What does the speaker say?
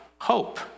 hope